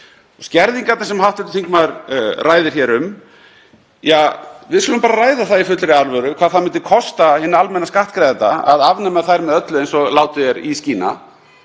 Skerðingarnar sem hv. þingmaður ræðir hér um, við skulum bara ræða það í fullri alvöru hvað það myndi kosta hinn almenna skattgreiðanda að afnema þær með öllu eins og látið er í skína.